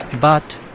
but.